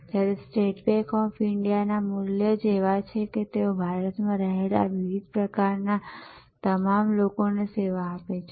જ્યારે state bank of India ના મૂલ્ય જ એવા છે કે તેઓ ભારત માં રહેલા વિવિધ પ્રકાર ના તમામ લોકો ને સેવા આપે છે